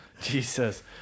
Jesus